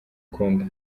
ukunda